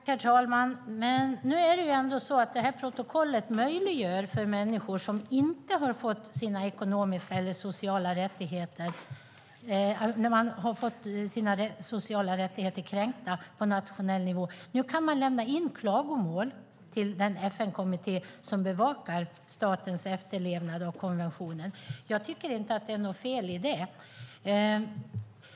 Herr talman! Nu är det ändå så att det här protokollet möjliggör för människor som har fått sina sociala rättigheter kränkta på nationell nivå. Nu kan man lämna in klagomål till den FN-kommitté som bevakar statens efterlevnad av konventionen. Jag tycker inte att det är något fel i det.